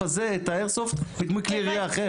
הזה את האיירסופט כדמוי כלי ירייה אחר.